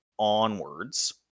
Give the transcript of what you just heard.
onwards